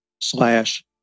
slash